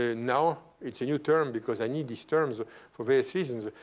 ah now, it's a new term, because i need these terms for various reason.